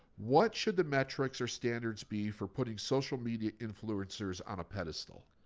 what should the metrics or standards be for putting social media influencers on a pedestal?